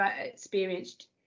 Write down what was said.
experienced